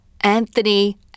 Anthony